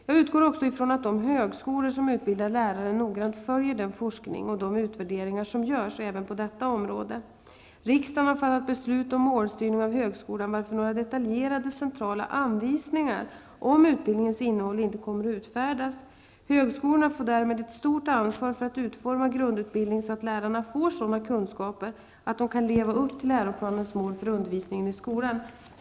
Jag utgår också ifrån att de högskolor som utbildar lärare noggrant följer den forskning och de utvärderingar som görs även på detta område. Riksdagen har fattat beslut om målstyrning av högskolan, varför några detaljerade centrala anvisningar om utbildningens innehåll inte kommer att utfärdas. Högskolorna får därmed ett stort ansvar för att utforma grundutbildning så, att lärarna får sådana kunskaper att de kan leva upp till läroplanens mål för undervisningen i skolan.